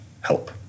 help